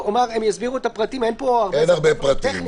אין פה הרבה זה הרבה הבדלים טכניים.